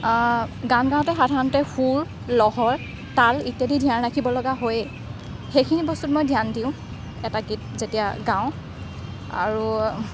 গান গাওঁতে সাধাৰণতে সুৰ লহৰ তাল ইত্যাদি ধ্যান ৰাখিব লগা হয়েই সেইখিনি বস্তুত মই ধ্যান দিওঁ এটা গীত যেতিয়া গাওঁ আৰু